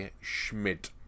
Schmidt